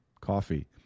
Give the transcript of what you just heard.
coffee